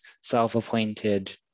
self-appointed